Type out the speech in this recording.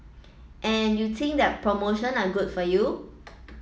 and you think that promotion are good for you